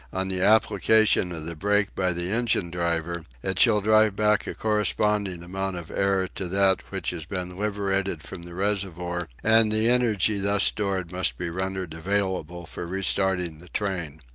on the application of the brake by the engine-driver, it shall drive back a corresponding amount of air to that which has been liberated from the reservoir, and the energy thus stored must be rendered available for re-starting the train.